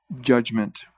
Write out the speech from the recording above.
judgment